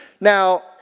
Now